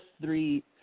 three